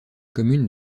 commune